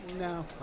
No